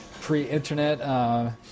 pre-internet